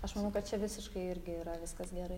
aš manau kad čia visiškai irgi yra